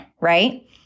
right